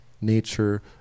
nature